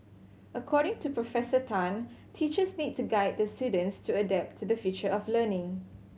according to Professor Tan teachers need to guide their students to adapt to the future of learning